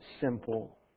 simple